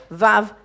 vav